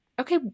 okay